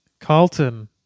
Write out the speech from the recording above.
Carlton